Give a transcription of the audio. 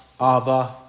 Abba